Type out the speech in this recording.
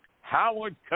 Howard